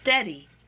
Steady